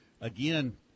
again